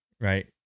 right